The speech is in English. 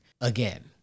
again